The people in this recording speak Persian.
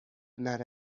نره